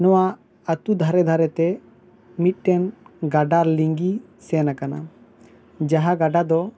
ᱱᱚᱣᱟ ᱟᱛᱳ ᱫᱷᱟᱨᱮ ᱫᱷᱟᱨᱮ ᱛᱮ ᱢᱤᱫᱴᱮᱱ ᱜᱟᱰᱟ ᱞᱤᱝᱜᱤ ᱥᱮᱱ ᱟᱠᱟᱱᱟ ᱡᱟᱦᱟᱸ ᱜᱟᱰᱟ ᱫᱚ